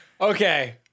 Okay